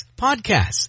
podcasts